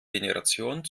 generation